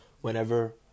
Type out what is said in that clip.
whenever